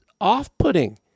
off-putting